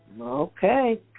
Okay